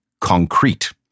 Concrete